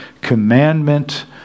commandment